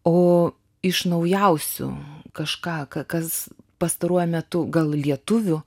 o iš naujausių kažką ka kas pastaruoju metu gal lietuvių